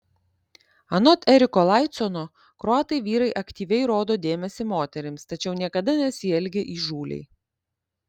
anot eriko laicono kroatai vyrai aktyviai rodo dėmesį moterims tačiau niekada nesielgia įžūliai